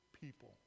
people